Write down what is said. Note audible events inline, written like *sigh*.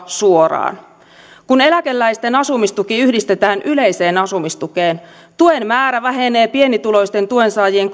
suoraan kun eläkeläisten asumistuki yhdistetään yleiseen asumistukeen tuen määrä vähenee pienituloisten tuensaajien *unintelligible*